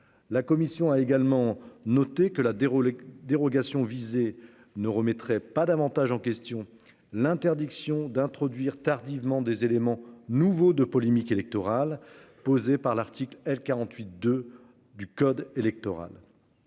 La commission a également noté que la. Dérogations visé ne remettrait pas davantage en question l'interdiction d'introduire tardivement des éléments nouveaux de polémique électorale posé par l'article L 48 2 du code électoral.